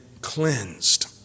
cleansed